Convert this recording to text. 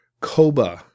Koba